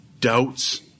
doubts